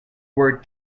word